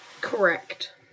Correct